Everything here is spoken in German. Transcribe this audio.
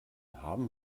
haben